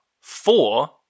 four